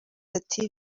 ati